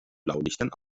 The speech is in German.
blaulichtern